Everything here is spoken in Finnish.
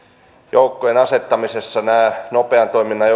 joukkojen asettamisessa näihin nopean toiminnan